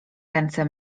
ręce